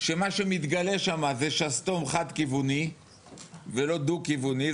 שמה שמתגלה שם זה שסתום חד-כיווני ולא דו-כיווני,